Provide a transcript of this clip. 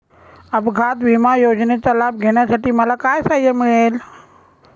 अपघात विमा योजनेचा लाभ घेण्यासाठी मला काय सहाय्य मिळेल?